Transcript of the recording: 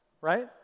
Right